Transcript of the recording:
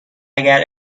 اگر